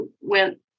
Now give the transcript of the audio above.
went